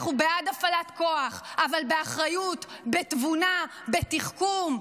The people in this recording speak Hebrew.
אנחנו בעד הפעלת כוח, אבל באחריות, בתבונה בתחכום.